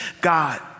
God